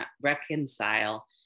reconcile